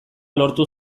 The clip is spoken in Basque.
lortu